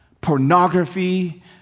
pornography